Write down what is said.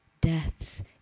death's